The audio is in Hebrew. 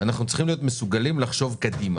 אנחנו צריכים להיות מסוגלים לחשוב קדימה.